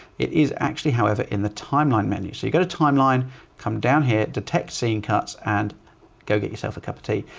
it is actually however in the timeline menu. so you've got a timeline come down here detect scene cuts and go get yourself a cup of tea.